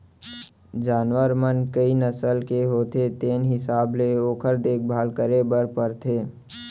जानवर मन कई नसल के होथे तेने हिसाब ले ओकर देखभाल करे बर परथे